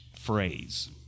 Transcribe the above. phrase